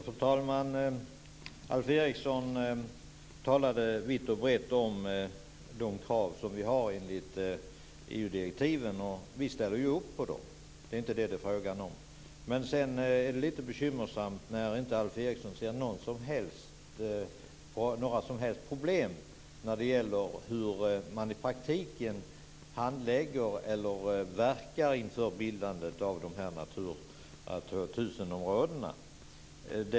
Fru talman! Alf Eriksson talade vitt och brett om de krav som vi har enligt EU-direktiven, och vi ställer upp på dem. Det är inte frågan om det. Men sedan är det lite bekymmersamt att inte Alf Eriksson ser några som helst problem när det gäller hur man i praktiken handlägger eller verkar inför bildande av de här Natura 2000-områdena.